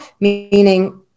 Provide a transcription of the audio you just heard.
meaning